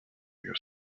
you